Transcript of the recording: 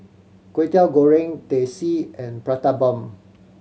Kway Teow Goreng Teh C and Prata Bomb